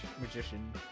magician